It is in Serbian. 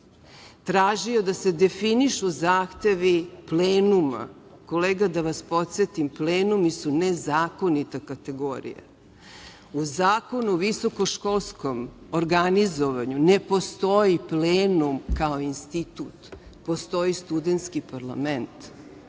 tražio da se definišu zahtevi plenuma. Kolega, da vas podsetim, plenumi su nezakonita kategorija. U Zakonu o visokoškolskom organizovanju ne postoji plenum kao institut, postoji studentski parlament. Mi